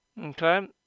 Okay